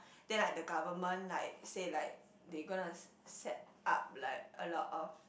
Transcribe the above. then like the government like say like they gonna set up like a lot of